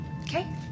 okay